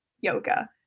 yoga